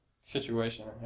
situation